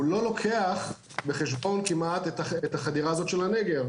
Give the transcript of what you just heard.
הוא לא לוקח בחשבון כמעט את החדירה הזאת של הנגר.